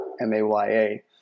m-a-y-a